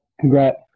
congrats